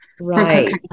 Right